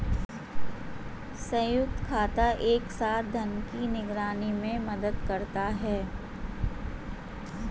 संयुक्त खाता एक साथ धन की निगरानी में मदद करता है